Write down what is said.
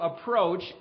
approach